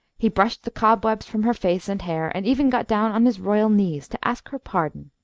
he brushed the cobwebs from her face and hair, and even got down on his royal knees to ask her pardon.